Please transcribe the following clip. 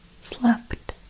slept